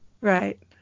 Right